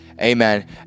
Amen